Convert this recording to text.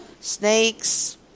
Snakes